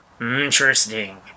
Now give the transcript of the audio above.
Interesting